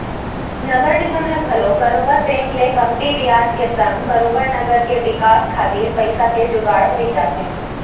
नगर निगम ल घलो बरोबर बेंक ले कमती बियाज के संग बरोबर नगर के बिकास खातिर पइसा के जुगाड़ होई जाथे